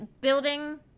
building